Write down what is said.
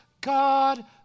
God